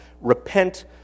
repent